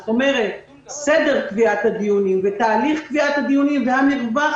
כלומר סדר קביעת הדיונים ותהליך קביעת הדיונים והמרווח